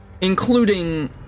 including